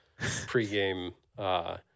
pregame